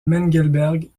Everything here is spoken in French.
mengelberg